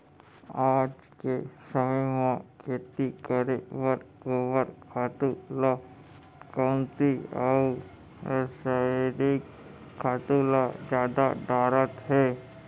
आज के समे म खेती करे बर गोबर खातू ल कमती अउ रसायनिक खातू ल जादा डारत हें